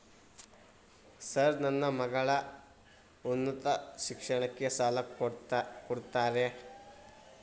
Sir ನನ್ನ ಮಗಳ ಉನ್ನತ ಶಿಕ್ಷಣಕ್ಕೆ ಸಾಲ ಕೊಡುತ್ತೇರಾ?